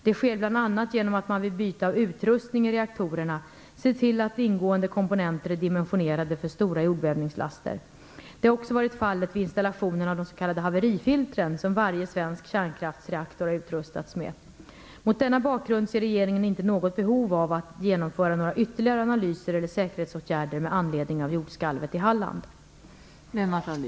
Det sker bl.a. genom att man vid byte av utrustning i reaktorerna ser till att ingående komponenter är dimensionerade för stora jordbävningslaster. Det har också varit fallet vid installationen av de s.k. haverifiltren, som varje svensk kärnkraftsreaktor har utrustats med. Mot denna bakgrund ser regeringen inte något behov av att genomföra några ytterligare analyser eller säkerhetsåtgärder med anledning av jordskalvet i